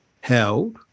held